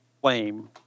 flame